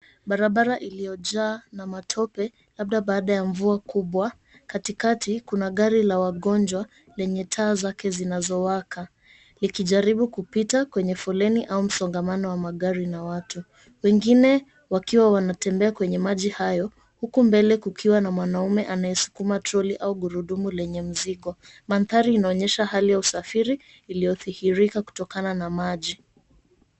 Barabara iliyojaa na matope, labda baada ya mvua kubwa. Katikati kuna gari la wagonjwa lenye taa zake zinazowaka likijaribu kupita kwenye foleni au msongamano wa magari na watu. Wengine wakiwa wanatembea kwenye maji hayo, huku mbele kukiwa na mwanamume anayesukuma troli au gurudumu lenye mzigo. Mandhari inaonyesha hali ya usafiri iliyoathirika kutokana na maji.